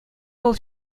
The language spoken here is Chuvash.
вӑл